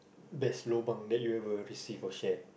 best lobang that you ever received or shared